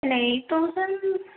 இல்லை eight thousand